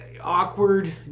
awkward